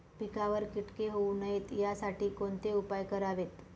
पिकावर किटके होऊ नयेत यासाठी कोणते उपाय करावेत?